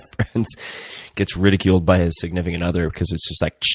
friends gets ridiculed by his significant other because it's just like cht,